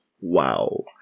wow